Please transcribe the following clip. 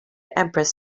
empress